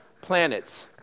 planets